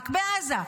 רק בעזה,